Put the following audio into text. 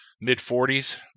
mid-40s